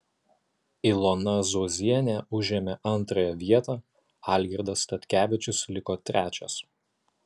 ilona zuozienė užėmė antrąją vietą algirdas statkevičius liko trečias